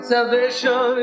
Salvation